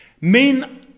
Men